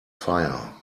fire